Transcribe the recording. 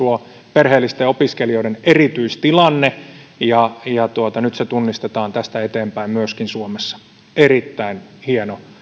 perheellisten opiskelijoiden erityistilanne ja ja nyt se tunnistetaan tästä eteenpäin myöskin suomessa erittäin hieno